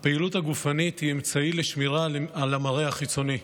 הפעילות הגופנית היא אמצעי לשמירה על המראה החיצוני.